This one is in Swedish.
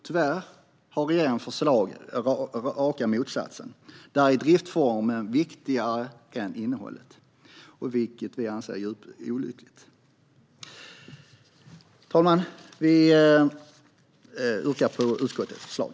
Tyvärr är regeringens förslag raka motsatsen. Där är driftsformen viktigare än innehållet, vilket vi anser är djupt olyckligt. Herr talman! Jag yrkar bifall till utskottets förslag.